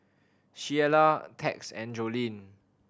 Shiela Tex and Joleen